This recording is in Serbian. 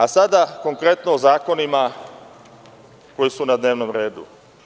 A sada konkretno o zakonima koji su na dnevnom redu.